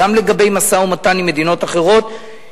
גם לגבי משא-ומתן עם מדינות אחרות,